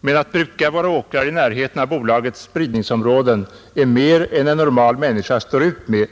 men att bruka våra åkrar i närheten av bolagets spridningsområde är mer än en normal människa står ut med.